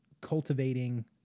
cultivating